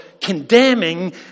condemning